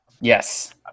yes